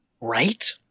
Right